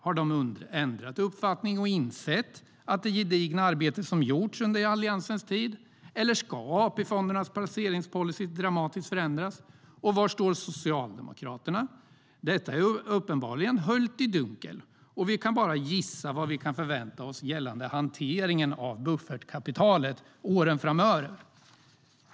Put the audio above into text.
Har man ändrat uppfattning och insett vilket gediget arbete som gjorts under Alliansens tid, eller ska AP-fondernas placeringspolicyer dramatiskt förändras? Och var står Socialdemokraterna? Detta är uppenbarligen höljt i dunkel, och vi kan bara gissa vad vi kan förvänta oss gällande hanteringen av buffertkapitalet under åren framöver.